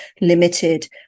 limited